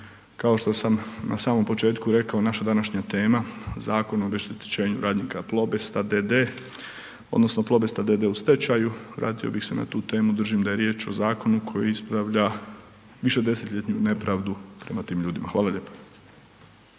kao što sam na samom početku rekao, naša današnja tema Zakon o obeštećenju radnika Plobesta d.d. odnosno Plobesta d.d. u stečaju, vratio bih se na tu temu, držim da je riječ o zakonu koji ispravlja višedesetljetnu nepravdu prema tim ljudima. Hvala lijepo.